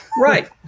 Right